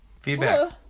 Feedback